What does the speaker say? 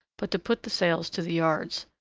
but to put the sails to the yards,